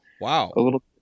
Wow